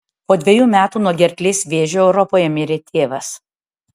po dvejų metų nuo gerklės vėžio europoje mirė tėvas